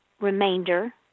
Remainder